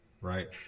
Right